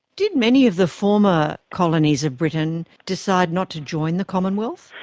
did many of the former colonies of britain decide not to join the commonwealth?